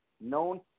known